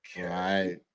okay